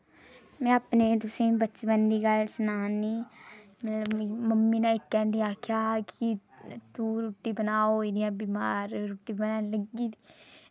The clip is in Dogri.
में अपने तुसेंगी बचपन दी गल्ल सनानी मिगी मम्मी नै इक्कै हांडी आक्खेआ हा की तू रुट्टी बनाऽ अं'ऊ होई ऐ बमार रुट्टी बनाने गी लग्गी दी